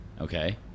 okay